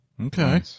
Okay